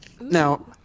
Now